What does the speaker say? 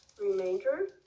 Remainder